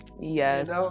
Yes